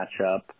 matchup